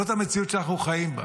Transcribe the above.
זאת המציאות שאנחנו חיים בה.